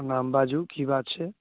प्रणाम बाजू की बात छै